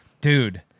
Dude